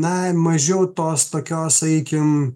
na mažiau tos tokios sakykim